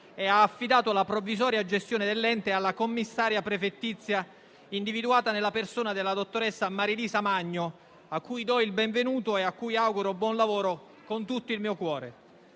e ha affidato la provvisoria gestione dell'ente alla commissaria prefettizia individuata nella persona della dottoressa Marilisa Magno, a cui do il benvenuto e a cui auguro buon lavoro con tutto il mio cuore.